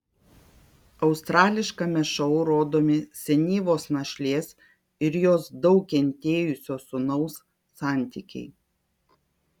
australiškame šou rodomi senyvos našlės ir jos daug kentėjusio sūnaus santykiai